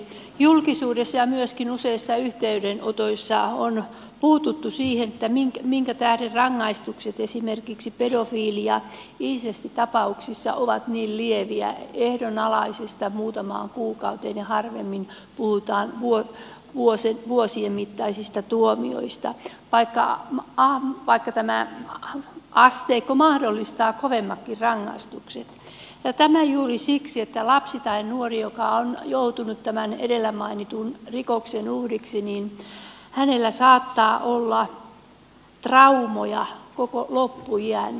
julkisuudessa ja myöskin useissa yhteydenotoissa on puututtu siihen minkä tähden rangaistukset esimerkiksi pedofiili ja insestitapauksissa ovat niin lieviä ehdonalaisista muutamaan kuukauteen harvemmin puhutaan vuosien mittaisista tuomioista vaikka tämä asteikko mahdollistaa kovemmatkin rangaistukset ja tämä juuri siksi että lapsella tai nuorella joka on joutunut tämän edellä mainitun rikoksen uhriksi saattaa olla traumoja koko loppuiän